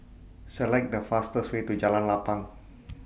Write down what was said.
Select The fastest Way to Jalan Lapang